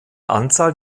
anzahl